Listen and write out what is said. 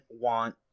want